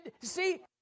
See